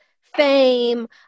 fame